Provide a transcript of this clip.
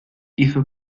hizo